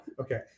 Okay